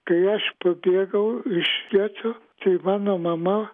kai aš pabėgau iš geto tai mano mama